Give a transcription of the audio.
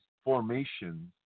formations